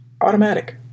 Automatic